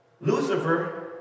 Lucifer